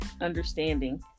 understanding